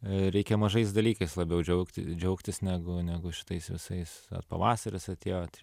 reikia mažais dalykais labiau džiaugti džiaugtis negu negu šitais visais pavasaris atėjo